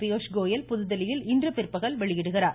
பியூஷ்கோயல் புதுதில்லியில் இன்று பிற்பகல் வெளியிடுகிறார்